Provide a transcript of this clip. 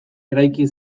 eraiki